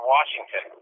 Washington